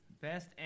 Best